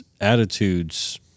attitudes